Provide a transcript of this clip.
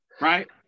right